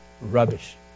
rubbish